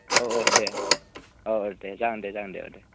अ अ दे अ अ दे जागोन दे जागोन दे